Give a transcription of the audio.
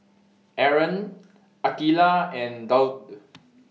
Aaron Aqeelah and Daud